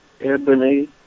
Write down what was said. ebony